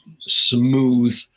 smooth